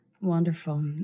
Wonderful